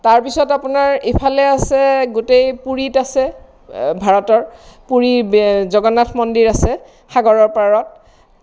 তাৰপিছত আপোনাৰ ইফালে আছে গোটেই পুৰিত আছে ভাৰতৰ পুৰি জগন্নাথ মন্দিৰ আছে সাগৰৰ পাৰত